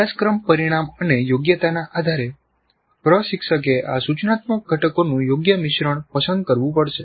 અભ્યાસક્રમ પરિણામ અને યોગ્યતાના આધારે પ્રશિક્ષકે આ સૂચનાત્મક ઘટકોનું યોગ્ય મિશ્રણ પસંદ કરવું પડશે